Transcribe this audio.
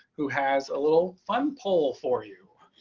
who has a little fun poll for you.